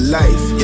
life